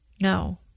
no